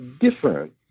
different